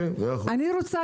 אני רוצה